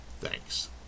thanks